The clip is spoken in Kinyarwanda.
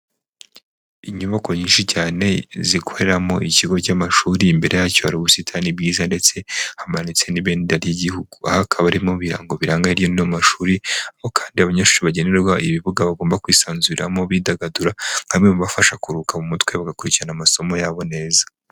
Inyubako nyinshi cyane zikoreramo ikigo cy'amashuri imbere yacyo hari ubusitani bwiza ndetse hamanitse n'ibendera ry'igihugu, aha hakaba arimo ibirango biranga mashuri kandi abanyeshuri bagenerwa ibibuga bagomba kwisanzuramo bidagadura nka bimwe mu bibafasha kuruhuka mu mutwe bagakurikirana amasomo yabo neza.